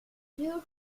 during